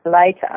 later